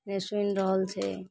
नहि सुनि रहल छै